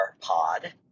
pod